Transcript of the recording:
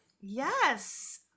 Yes